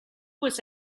was